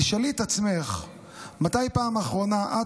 תשאלי את עצמך מתי בפעם האחרונה את